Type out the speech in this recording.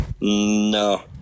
No